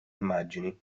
immagini